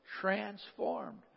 transformed